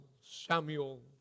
Samuel